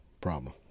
problem